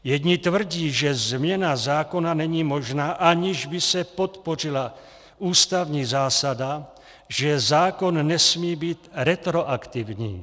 Jedni tvrdí, že změna zákona není možná, aniž by se podpořila ústavní zásada, že zákon nesmí být retroaktivní.